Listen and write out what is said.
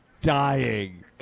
dying